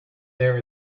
there